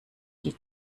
die